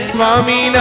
Swami